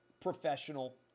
professional